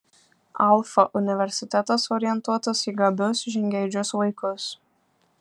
alfa universitetas orientuotas į gabius žingeidžius vaikus